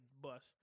bus